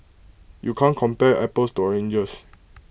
you can't compare apples to oranges